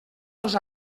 dels